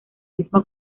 misma